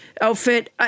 outfit